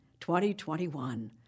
2021